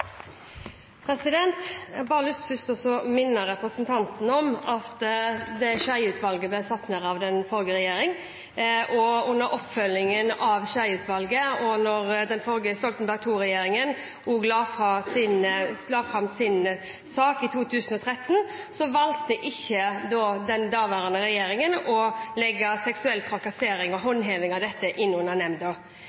Jeg har bare først lyst til å minne representanten Øvstegård om at Skjeie-utvalget ble satt ned av den forrige regjeringen. Under oppfølgingen av Skjeie-utvalget og da Stoltenberg II-regjeringen la fram sin sak i 2013, valgte ikke den daværende regjeringen å legge seksuell trakassering og